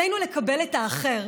עלינו לקבל את האחר